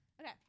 Okay